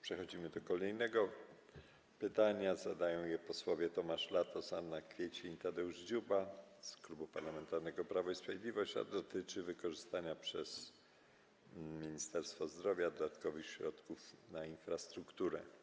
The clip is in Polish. Przechodzimy do kolejnego pytania, które zadają posłowie Tomasz Latos, Anna Kwiecień i Tadeusz Dziuba z Klubu Parlamentarnego Prawo i Sprawiedliwość, a dotyczy ono wykorzystania przez Ministerstwo Zdrowia dodatkowych środków na infrastrukturę.